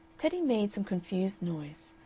teddy made some confused noise,